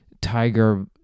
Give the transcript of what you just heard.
Tiger